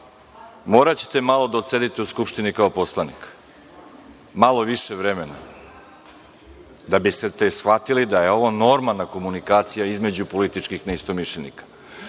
moraćete malo da odsedite u Skupštini kao poslanik, malo više vremena da biste shvatili da je ovo normalna komunikacija između političkih neistomišljenika.